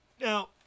Now